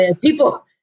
people